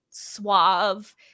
Suave